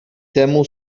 temu